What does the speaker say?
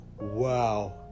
Wow